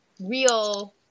real